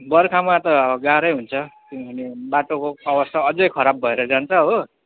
बर्खामा त गाह्रै हुन्छ किनभने बाटोको अवस्था अझै खराब भएर जान्छ हो